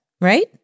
right